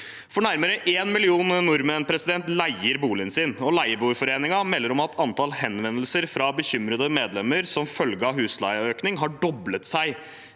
det. Nærmere én million nordmenn leier boligen sin, og Leieboerforeningen melder om at antall henvendelser fra bekymrede medlemmer som følge av husleieøkning doblet seg